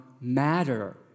matter